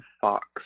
fox